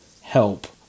help